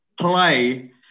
play